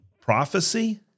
prophecy